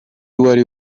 wari